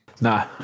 Nah